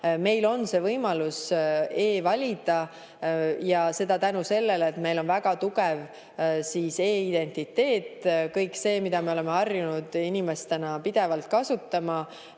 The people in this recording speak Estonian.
Meil on võimalus e-valida, ja seda tänu sellele, et meil on väga tugev e-identiteet – kõik see, mida me oleme harjunud pidevalt kasutama.